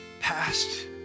past